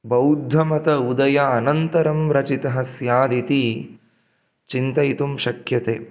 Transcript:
बौद्धमतस्य उदयानन्तरं रचितः स्यात् इति चिन्तयितुं शक्यते